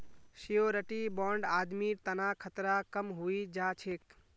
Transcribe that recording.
surety bond आदमीर तना खतरा कम हई जा छेक